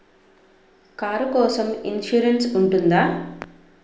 Car కోసం insurance ఉంటుందా?